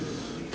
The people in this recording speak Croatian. Hvala